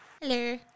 hello